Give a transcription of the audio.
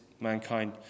mankind